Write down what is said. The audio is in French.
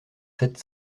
sept